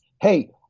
Hey